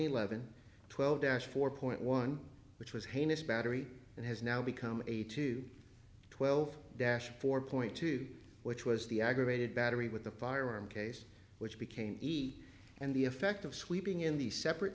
eleven twelve dash four point one which was heinous battery and has now become a two twelve dash four point two which was the aggravated battery with a firearm case which became eat and the effect of sweeping in the separate